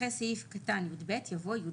אחרי סעיף קטן (יב)